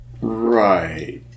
Right